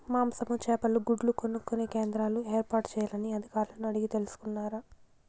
మాంసము, చేపలు, గుడ్లు కొనుక్కొనే కేంద్రాలు ఏర్పాటు చేయాలని అధికారులను అడిగి తెలుసుకున్నారా?